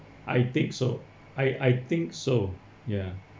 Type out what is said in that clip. I think so I I think so ya